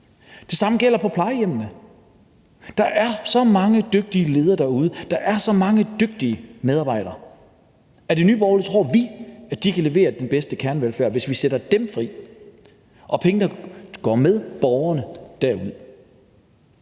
Det samme gælder på plejehjemmene. Der er så mange dygtige ledere derude, der er så mange dygtige medarbejdere. I Nye Borgerlige tror vi, at de kan levere den bedste kernevelfærd, hvis vi sætter dem fri og pengene følger med borgerne derude.